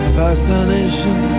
fascination